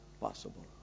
possible